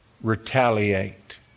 retaliate